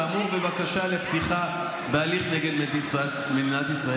בבקשה לפתיחה בהליך נגד מדינת ישראל.